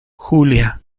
julia